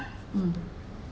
mm